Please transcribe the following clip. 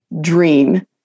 dream